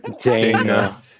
Dana